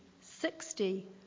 sixty